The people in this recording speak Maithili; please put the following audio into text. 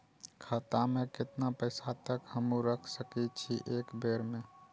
खाता में केतना पैसा तक हमू रख सकी छी एक बेर में?